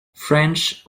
french